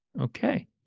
Okay